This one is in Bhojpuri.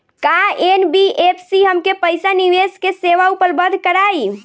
का एन.बी.एफ.सी हमके पईसा निवेश के सेवा उपलब्ध कराई?